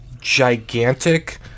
gigantic